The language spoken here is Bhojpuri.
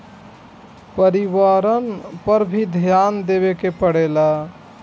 परिवारन पर भी ध्यान देवे के परेला का?